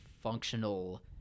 functional